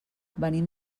venim